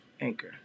Anchor